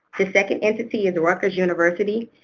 the second entity is rutgers university,